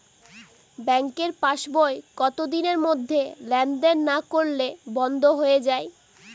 ব্যাঙ্কের পাস বই কত দিনের মধ্যে লেন দেন না করলে বন্ধ হয়ে য়ায়?